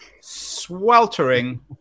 sweltering